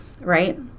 right